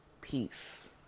Peace